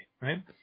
right